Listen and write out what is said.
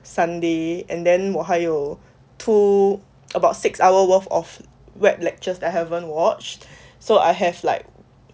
sunday and then 我还有 two about six hours worth of web lectures that haven't watched so I have like